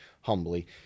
Humbly